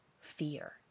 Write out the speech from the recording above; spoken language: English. fear